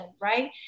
right